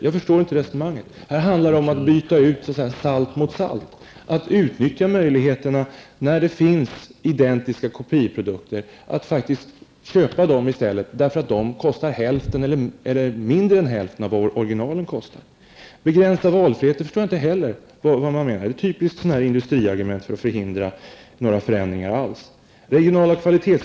Jag förstår inte hennes resonemang. Här handlar det om att så att säga byta ut salt mot salt och utnyttja möjligheterna, när det finns identiska kopieprodukter, att faktiskt köpa dem i stället därför att de kostar hälften eller mindre än hälften än vad originalen kostar. Jag förstår inte heller vad man menar med att valfriheten skall begränsas. Det är ett typiskt industriargument som används för att förhindra några förändringar över huvud taget.